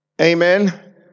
Amen